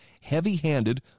heavy-handed